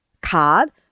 card